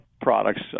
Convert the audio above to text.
products